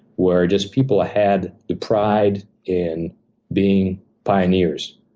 where just people ah had the pride in being pioneers,